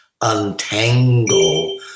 untangle